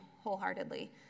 wholeheartedly